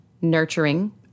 Nurturing